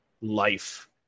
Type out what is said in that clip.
life